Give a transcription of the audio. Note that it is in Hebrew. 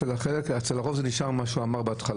אצל הרוב זה נשמר בהתחלה.